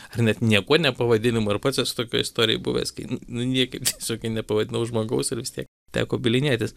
ar net niekuo nepavadinimu ir pats esu tokioj istorijoj buvęs nu niekaip tiesiogiai nepavadinau žmogaus ir vis tiek teko bylinėtis